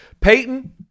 Peyton